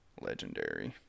legendary